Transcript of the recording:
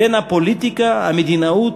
בין הפוליטיקה, המדינאות,